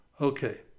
Okay